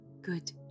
good